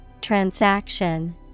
Transaction